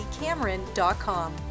Cameron.com